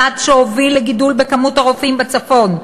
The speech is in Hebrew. צעד שהוביל לגידול במספר הרופאים בצפון.